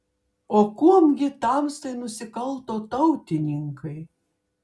o kuom gi tamstai nusikalto tautininkai